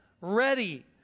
ready